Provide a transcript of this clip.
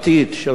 של שעות,